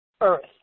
earth